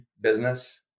business